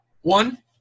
one